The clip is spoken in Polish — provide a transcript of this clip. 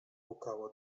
pukało